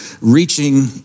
reaching